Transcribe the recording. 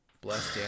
Blessed